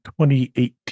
2018